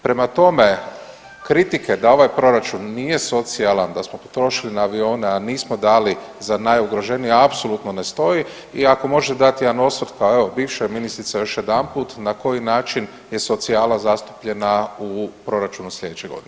Prema tome, kritike da ovaj proračun nije socijalan, da smo potrošili na avione, a nismo dali za najugroženije, apsolutno ne stoji i ako možete dati jedan osvrt kao, evo bivša ministrica još jedanput na koji način je socijalan zastupljena u proračunu sljedeće godine.